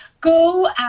go